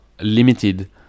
limited